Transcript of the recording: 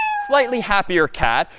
slightly happier cat.